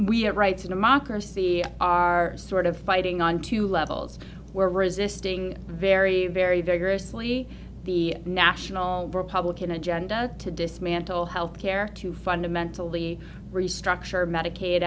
we have rights and democracy are sort of fighting on two levels were resisting very very vigorously the national republican agenda to dismantle health care to fundamentally restructure medica